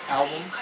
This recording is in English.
album